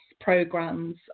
programs